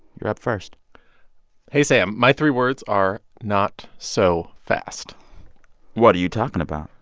you're up first hey, sam, my three words are not so fast what are you talking about?